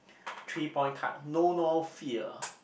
three points card no more fear